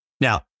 Now